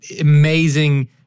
amazing